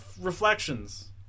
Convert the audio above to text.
reflections